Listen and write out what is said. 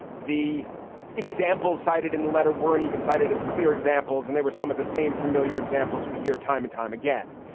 the examples cited in the letter weren't even cited as clear examples, and they were some of the same familiar examples we hear time and time again.